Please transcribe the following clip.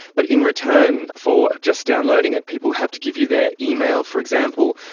but in return for just downloading it people have to give you their email, for example,